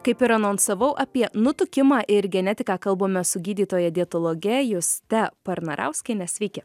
kaip ir anonsavau apie nutukimą ir genetiką kalbame su gydytoja dietologe juste parnarauskiene sveiki